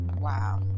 Wow